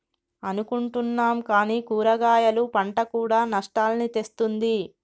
అనుకుంటున్నాం కానీ కూరగాయలు పంట కూడా నష్టాల్ని తెస్తుంది